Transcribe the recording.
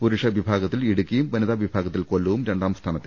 പുരുഷ വിഭാഗത്തിൽ ഇടുക്കിയും വനിതാവിഭാഗത്തിൽ കൊല്ലവും രണ്ടാമതെത്തി